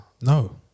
No